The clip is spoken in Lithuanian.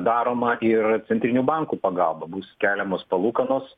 daroma ir centrinių bankų pagalba bus keliamos palūkanos